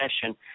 session